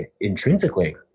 intrinsically